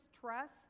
trust